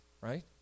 Right